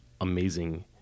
amazing